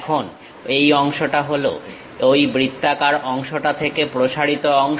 এখন এই অংশটা হলো ঐ বৃত্তাকার অংশটা থেকে প্রসারিত অংশ